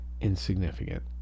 insignificant